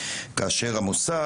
כאשר המוסד,